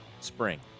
spring